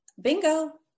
bingo